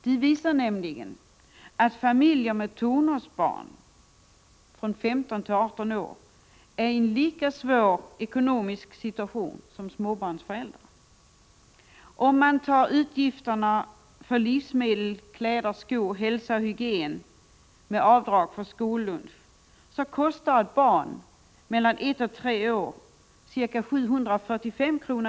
De visar nämligen att familjer med tonårsbarn — 15-18 år — är i en lika svår ekonomisk situation som småbarnsföräldrar. Om man tar utgifter för livsmedel, kläder, skor, hälsa och hygien, med avdrag för skollunch, kostar ett barn mellan 1 och 3 år ca 745 kr.